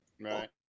Right